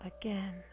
again